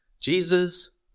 Jesus